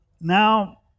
now